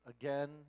again